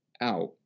out